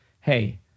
hey